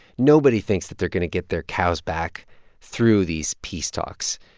nobody thinks that they're going to get their cows back through these peace talks.